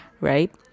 right